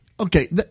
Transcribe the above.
Okay